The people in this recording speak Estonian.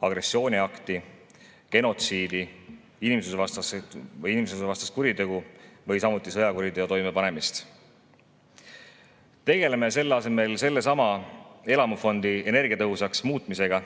agressiooniakti, genotsiidi, inimsusvastast kuritegu või sõjakuriteo toimepanemist. Tegeleme selle asemel sellesama elamufondi energiatõhusaks muutmisega,